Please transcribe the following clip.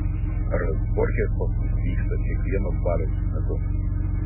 razborkės pas mus vyksta kiekvieno baliaus metu